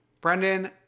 brendan